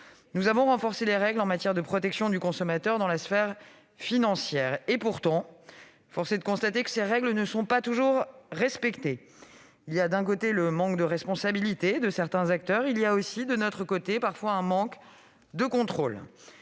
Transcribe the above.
nous avons renforcé les règles en matière de protection du consommateur dans la sphère financière. Pourtant, force est de constater que ces règles ne sont pas toujours respectées : il y a, d'un côté, le manque de responsabilité de certains acteurs ; il y a aussi, de notre côté, parfois un manque de contrôle.